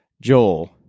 joel